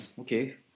okay